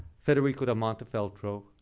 federico da montefeltro,